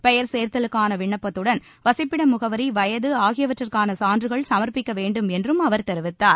பெயர் சேர்த்ததற்கான விண்ணப்பத்துடன் வசிப்பிட முகவரி வயது ஆகியவற்றுக்கான சான்றுகள் சமர்ப்பிக்க வேண்டும் என்றும் அவர் கூறினார்